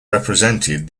represented